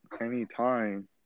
Anytime